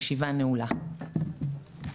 תודה.